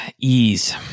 Ease